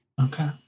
Okay